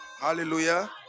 Hallelujah